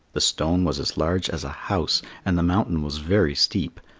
the stone was as large as a house, and the mountain was very steep,